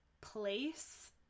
place